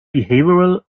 behavioral